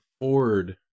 Ford